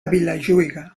vilajuïga